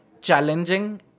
challenging